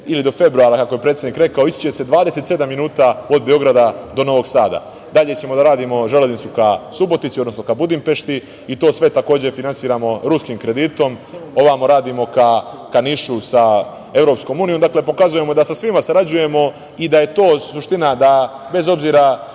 ili do februara, kako je predsednik rekao, ići će se 27 minuta od Beograda do Novog Sada. Dalje ćemo da radimo železnicu ka Subotici, odnosno ka Budimpešti i to sve takođe finansiramo ruskim kreditom. Ovamo radimo ka Nišu sa Evropskom unijom. Dakle, pokazujemo da sa svima sarađujemo i da je to suština, da bez obzira